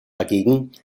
dagegen